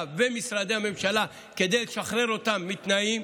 ומשרדי הממשלה כדי לשחרר אותם מתנאים,